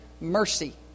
mercy